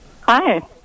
Hi